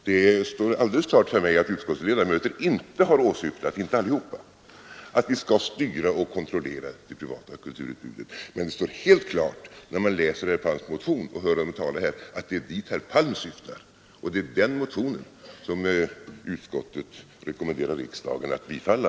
Det står alldeles klart för mig att inte alla av utskottets ledamöter har åsyftat att vi skall styra och kontrollera det privata kulturutbudet. Men det står helt klart när man läser herr Palms motion och hör honom tala att det är dit herr Palm syftar. Det är en sådan motion som utskottet rekommenderar riksdagen att bifalla.